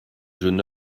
jeune